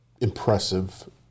impressive